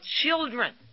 children